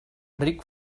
ric